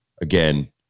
Again